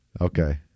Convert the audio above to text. Okay